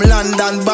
London